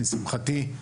לשמחתי,